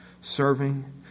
serving